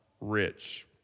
rich